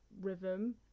rhythm